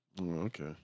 Okay